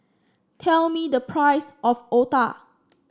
tell me the price of otah